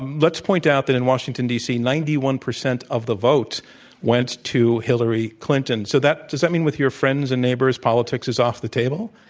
let's point out that, in washington, d. c, ninety one percent of the votes went to hillary clinton. so, that does that mean with your friends and neighbors, politics is off the table?